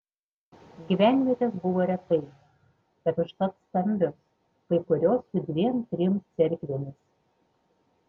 gyvenvietės buvo retai bet užtat stambios kai kurios su dviem trim cerkvėmis